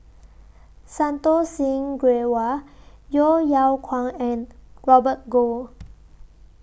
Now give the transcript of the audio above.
Santokh Singh Grewal Yeo Yeow Kwang and Robert Goh